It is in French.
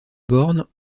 bornes